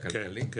כלכלי?